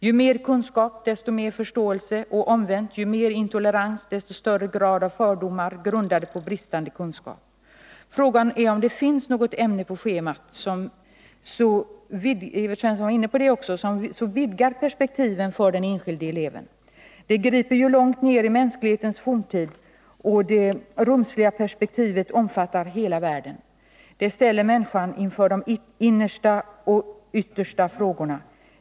Ju mer kunskap, desto mer förståelse, och omvänt: ju mer intolerans, desto större grad av fördomar, grundade på bristande kunskap. Frågan är om det finns något ämne på schemat — Evert Svensson var också inne på det — som så vidgar perspektiven för den enskilde eleven. Det griper ju långt ner i mänsklighetens forntid, och det rumsliga perspektivet omfattar hela världen. Det ställer människan inför de innersta och yttersta frågorna.